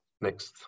Next